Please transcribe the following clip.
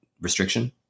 restriction